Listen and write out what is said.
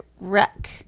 Wreck